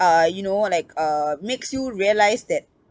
uh you know like uh makes you realise that